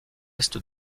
est